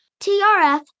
trf